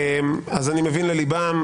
אז אני מבין לליבם,